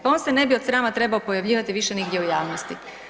Pa on se ne bi od srama trebao pojavljivati više nigdje u javnosti.